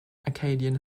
acadian